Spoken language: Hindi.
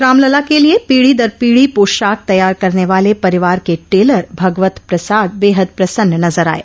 रामलला के लिये पीढ़ी दर पीढ़ी पोशाक तैयार करने वाले परिवार के टेलर भगवत प्रसाद बेहद प्रसन्न नजर आये